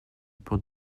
pour